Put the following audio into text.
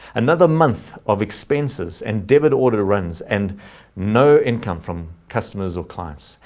another month of expenses and debit order runs and no income from customers or clients.